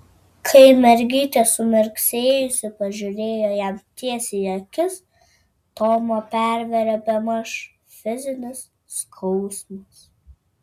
kai mergytė sumirksėjusi pažiūrėjo jam tiesiai į akis tomą pervėrė bemaž fizinis skausmas